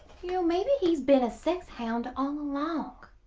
ew. you know maybe he's been a sex hound all along.